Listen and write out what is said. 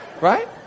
right